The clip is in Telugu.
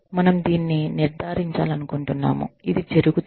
మనం దీన్ని నిర్ధారించాలనుకుంటున్నాము ఇది జరుగుతుంది